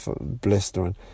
blistering